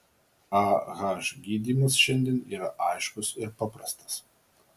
ah gydymas šiandien yra aiškus ir paprastas